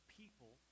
people